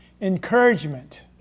Encouragement